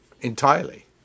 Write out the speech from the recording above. entirely